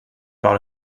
par